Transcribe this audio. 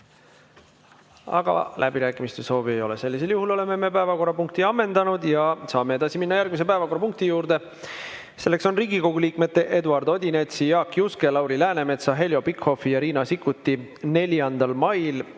Läbirääkimiste soovi ei ole. Sellisel juhul oleme päevakorrapunkti ammendanud. Saame minna järgmise päevakorrapunkti juurde. Selleks on Riigikogu liikmete Eduard Odinetsi, Jaak Juske, Lauri Läänemetsa, Heljo Pikhofi ja Riina Sikkuti 4. mail